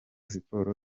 siporo